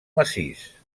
massís